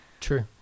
True